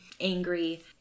angry